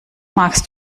magst